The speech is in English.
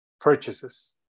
purchases